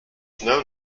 known